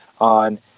on